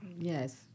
yes